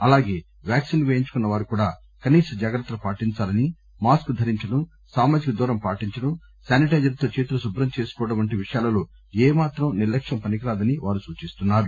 అలాగే వాక్సిన్ పేయించుకున్న వారు కూడా కనీస జాగ్రత్తలు పాటిందాలని మాస్కు ధరించడం సామాజిక దూరం పాటించడం శానిటైజర్ తో చేతులు శుభ్రం చేసుకోవడం వంటి విషయాలలో ఏమాత్రం నిర్లక్ష్యం పనికి రాదని వారు సూచిస్తున్నారు